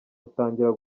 utangira